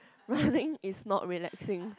running is not relaxing